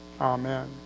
Amen